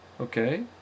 Okay